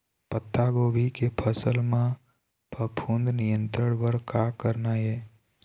पत्तागोभी के फसल म फफूंद नियंत्रण बर का करना ये?